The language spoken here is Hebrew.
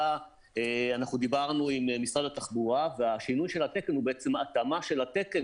אנחנו דיברנו עם משרד התחבורה והשינוי של התקן הוא בעצם התאמה של התקן